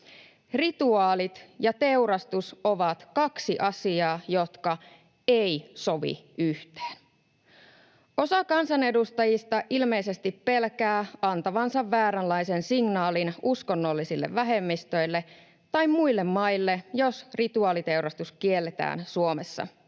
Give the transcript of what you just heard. Rituaalit ja teurastus ovat kaksi asiaa, jotka eivät sovi yhteen. Osa kansanedustajista ilmeisesti pelkää antavansa vääränlaisen signaalin uskonnollisille vähemmistöille tai muille maille, jos rituaaliteurastus kielletään Suomessa.